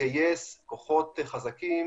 לגייס כוחות חזקים